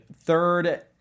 third